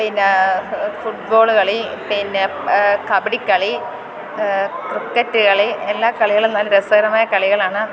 പിന്നെ football കളി പിന്നെ കബഡിക്കളി ക്രിക്കറ്റ് കളി എല്ലാ കളികളും നല്ല രസകരമായ കളികളാണ്